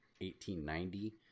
1890